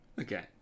Okay